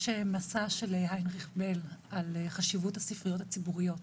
יש מסע של היינריך בל על חשיבות הספריות הציבוריות,